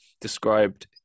described